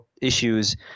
issues